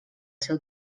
seu